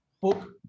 book